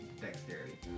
dexterity